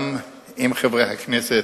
גם עם חברי הכנסת,